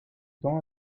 temps